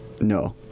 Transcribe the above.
No